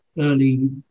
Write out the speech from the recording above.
early